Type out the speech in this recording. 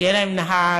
שיהיה להם נהג,